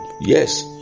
Yes